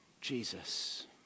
Jesus